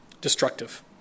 destructive